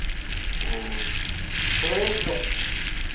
ᱦᱮᱸ ᱴᱷᱤᱠ ᱜᱮ